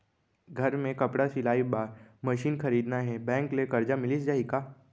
घर मे कपड़ा सिलाई बार मशीन खरीदना हे बैंक ले करजा मिलिस जाही का?